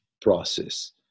process